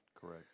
Correct